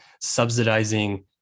subsidizing